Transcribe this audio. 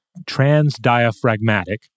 transdiaphragmatic